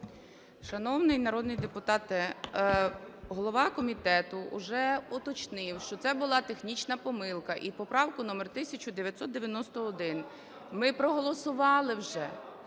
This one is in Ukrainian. Шановний народний депутат, голова комітету вже уточнив, що це була технічна помилка і поправку номер 1991 ми проголосували вже.